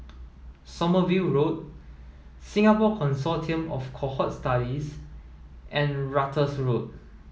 Sommerville Road Singapore Consortium of Cohort Studies and Ratus Road